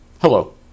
Hello